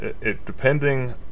Depending